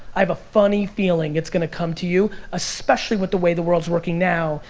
i have a funny feeling it's gonna come to you, especially with the way the world's working now.